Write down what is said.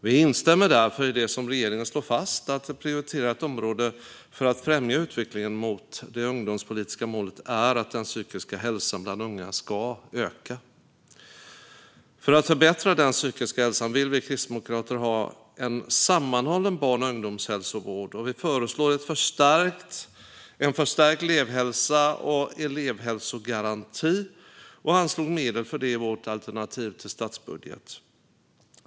Vi instämmer därför i det som regeringen slår fast att ett prioriterat område för att främja utvecklingen mot det ungdomspolitiska målet är att den psykiska hälsan bland unga ska öka. För att förbättra den psykiska hälsan vill vi kristdemokrater ha en sammanhållen barn och ungdomshälsovård. Vi föreslår en förstärkt elevhälsa och elevhälsogaranti och anslog medel för det i vårt alternativ till statsbudget.